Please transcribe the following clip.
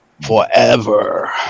forever